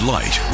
Light